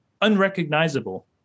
unrecognizable